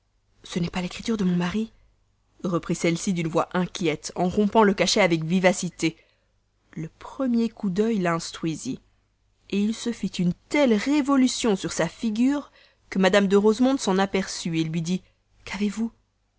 ce n'est pas l'écriture de mon mari reprit celle-ci d'une voix inquiète en rompant le cachet avec vivacité le premier coup d'œil l'instruisit il se fit une telle révolution sur sa figure que mme de rosemonde s'en aperçut lui dit qu'avez-vous